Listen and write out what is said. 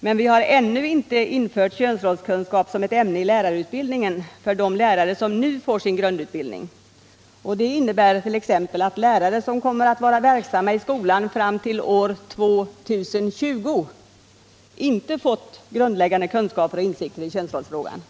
Men vi har ännu inte infört könsrollskunskap som ett ämne i lärarutbildningen för de lärare som nu får sin grundutbildning. Det innebär t.ex. att lärare som kommer att vara verksamma i skolan fram till år 2020 inte fått grundläggande kunskaper och insikter i könsrollsfrågan.